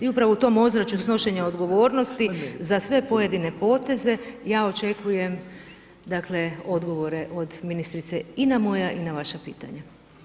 I upravo u tom ozračju snošenja odgovornosti za sve pojedine poteze ja očekujem, dakle odgovore od ministrice i na moja i na vaša pitanja.